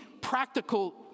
practical